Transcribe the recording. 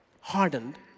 hardened